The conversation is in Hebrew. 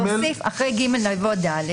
להוסיף אחרי (ג) את (ד)